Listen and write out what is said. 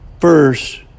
first